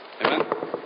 Amen